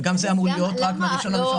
וגם זה אמור להיות רק ב-1.1.2022.